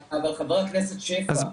חבר הכנסת שפע,